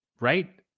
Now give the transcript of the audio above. right